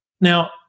Now